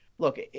Look